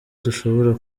dushobora